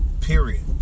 Period